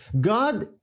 God